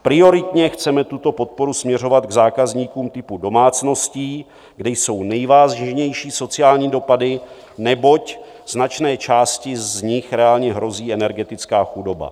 Prioritně chceme tuto podporu směřovat k zákazníkům typu domácností, kde jsou nejvážnější sociální dopady, neboť značné části z nich reálně hrozí energetická chudoba.